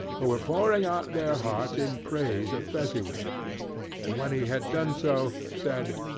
who were pouring out their hearts in praise of fezziwig and when he had done so, said,